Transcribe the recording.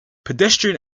pedestrian